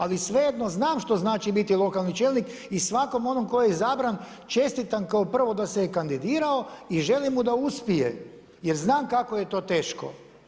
Ali, svejedno znam što znači biti lokalni čelnik, i svakom onome tko je izabran, čestitam kao prvo da se je kandidirao i želim mu da uspije, jer znam kako je to teško.